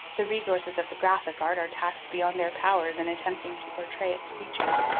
the resources of the graphic art are taxed beyond their powers in attempting to portray its features.